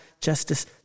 Justice